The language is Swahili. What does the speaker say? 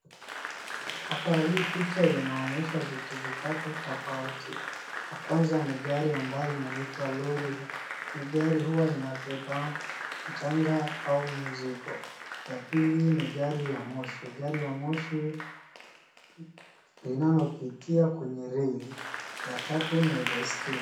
Hapa hii picha inaonyesha vitu tatu tofauti. Ya kwanza ni gari ambaye inaitwa lori. Ni gari huwa inabeba mchanga au mzigo. Ya pili ni gari ya moshi. Gari ya moshi linalopitia kwenye reli. Ya tatu ni baiskeli.